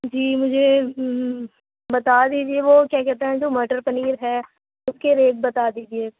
جی مجھے بتا دیجیے وہ کیا کہتے ہیں جو مٹر پنیر ہے اُس کے ریٹ بتا دیجیے